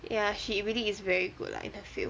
ya she really is very good lah in her field